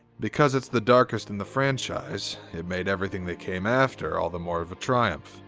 because it's the darkest in the franchise, it made everything they came after all the more of a triumph.